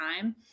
time